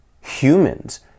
humans